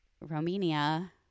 Romania